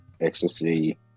ecstasy